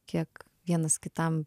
kiek vienas kitam